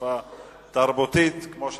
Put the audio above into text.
בשפה תרבותית, כמו שצריך,